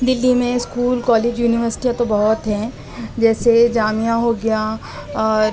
دلّی میں school college یونیورسیٹیاں تو بہت ہیں جیسے جامعہ ہو گیا اور